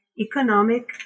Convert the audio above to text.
economic